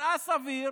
נראה סביר